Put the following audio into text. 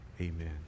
Amen